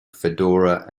fedora